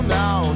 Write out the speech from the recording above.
now